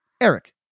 Eric